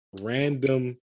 random